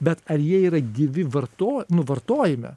bet ar jie yra gyvi varto nu vartojime